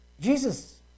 Jesus